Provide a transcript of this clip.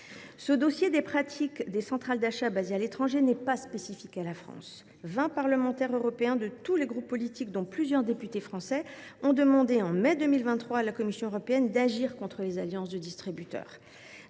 posé par les pratiques des centrales d’achat basées à l’étranger n’est pas spécifique à la France : vingt parlementaires européens de tous les groupes politiques, dont plusieurs députés français, ont demandé en mai 2023 à la Commission européenne d’agir contre les alliances de distributeurs.